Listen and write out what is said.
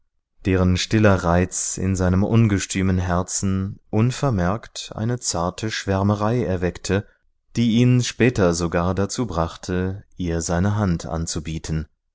deren stiller reiz in seinem ungestümen herzen unvermerkt eine zarte schwärmerei erweckte die ihn später sogar dazu brachte ihr seine hand anzubieten